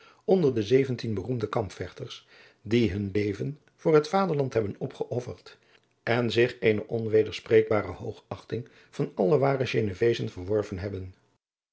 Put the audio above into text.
onder de zeventien beroemde kampvechters die hun leven voor het vaderland hebben opgeofferd en zich eene onwederspreekbare hoogachting van alle ware genevezen verworven hebben